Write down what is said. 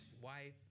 wife